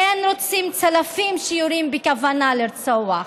כן רוצים צלפים שיורים בכוונה לרצוח.